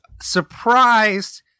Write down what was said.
surprised